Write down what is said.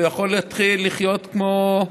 והוא יכול להתחיל לחיות כמו,